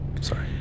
sorry